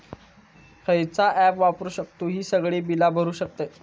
खयचा ऍप वापरू शकतू ही सगळी बीला भरु शकतय?